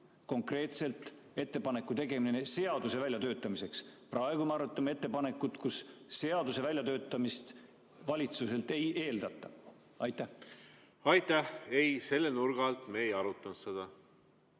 konkreetselt ettepaneku tegemisest seaduse väljatöötamiseks. Praegu me arutame ettepanekut, mille korral seaduse väljatöötamist valitsuselt ei eeldata. Aitäh! Ei, selle nurga alt me ei arutanud seda.